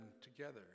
together